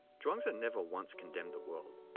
chuang-tzu never once condemned the world.